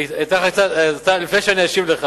אני אתן לך הרצאה לפני שאני אשיב לך.